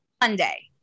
monday